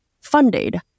funded